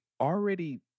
already